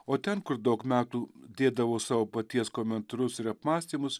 o ten kur daug metų dėdavau savo paties komentarus ir apmąstymus